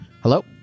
Hello